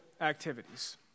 activities